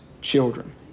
children